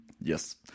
Yes